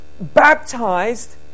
baptized